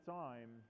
time